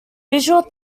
visual